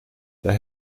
daar